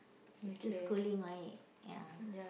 you still schooling right ya